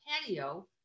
patio